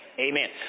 Amen